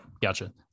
Gotcha